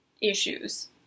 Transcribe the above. issues